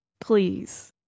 please